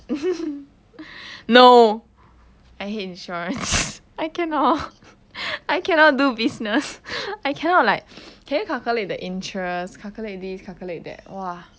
no I hate insurance I cannot I cannot do business I cannot like can you calculate the interest calculate this calculate that !wah!